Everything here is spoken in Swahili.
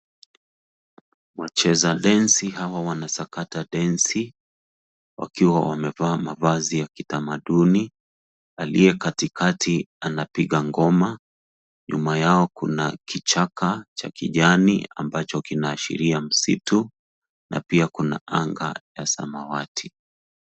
Wacheza denzi hawa wanazakata denzi, wakiwa wamefaa mafasi ya kitamaduni, aliye katika anapiga ngoma, nyuma yao kuna kijaka kijani ambacho kinaashirai msitu na pia kuna anga ya samawati.